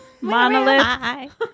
Monolith